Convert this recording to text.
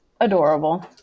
Adorable